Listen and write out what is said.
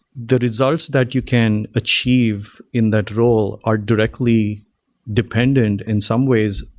the results that you can achieve in that role are directly dependent in some ways.